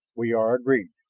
we are agreed!